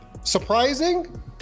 surprising